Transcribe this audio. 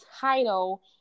title